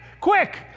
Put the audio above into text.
quick